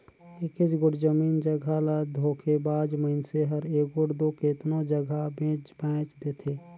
एकेच गोट जमीन जगहा ल धोखेबाज मइनसे हर एगोट दो केतनो जगहा बेंच बांएच देथे